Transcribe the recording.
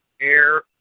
air